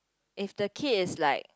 if the kid is like